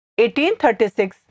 1836